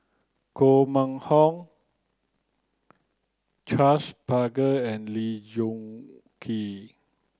Koh Mun Hong Charles Paglar and Lee Choon Kee